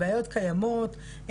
הבעיות קיימות,